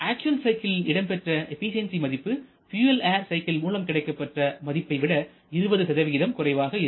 actual சைக்கிளில் கிடைக்கப்பெற்ற efficiency மதிப்பு பியூயல் ஏர் சைக்கிள் மூலம் கிடைக்கப்பெற்ற மதிப்பைவிட 20 குறைவாக இருக்கும்